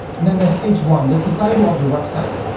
and then the h one, that's the title of the website.